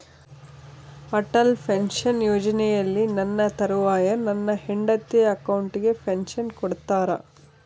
Atal pension ಯೋಜನೆಯಲ್ಲಿ ನನ್ನ ತರುವಾಯ ನನ್ನ ಹೆಂಡತಿ ಅಕೌಂಟಿಗೆ ಪೆನ್ಶನ್ ಕೊಡ್ತೇರಾ?